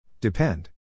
Depend